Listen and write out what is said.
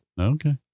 Okay